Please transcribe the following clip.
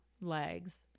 legs